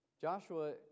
Joshua